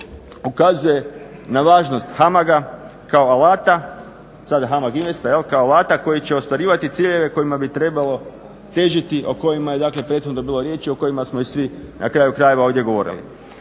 HAMAG Investa kao alata koji će ostvarivati ciljeve kojima bi trebalo težiti, o kojima je prethodno bilo riječi, o kojima smo i svi na kraju krajeva ovdje govorili.